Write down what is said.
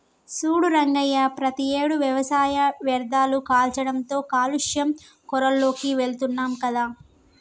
సూడు రంగయ్య ప్రతియేడు వ్యవసాయ వ్యర్ధాలు కాల్చడంతో కాలుష్య కోరాల్లోకి వెళుతున్నాం కదా